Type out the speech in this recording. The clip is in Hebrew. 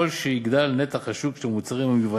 הרי שככל שיגדל נתח השוק של המוצרים המיובאים,